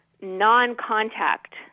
non-contact